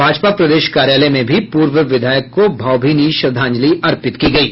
भाजपा प्रदेश कार्यालय में भी पूर्व विधायक को भावभीनी श्रद्धांजलि अर्पित की गयी